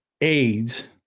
AIDS